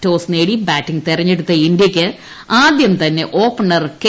toss നേടി batting തെരഞ്ഞെടുത്ത ഇന്ത്യയ്ക്ക് ആദ്യം തന്നെ ഓപ്പണർ കെ